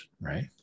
right